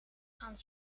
gaan